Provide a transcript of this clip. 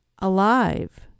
alive